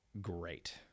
great